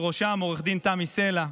ובראשם עו"ד תמי סלע,